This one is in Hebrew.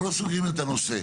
אנחנו לא סוגרים את הנושא.